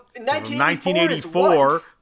1984